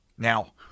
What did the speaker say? Now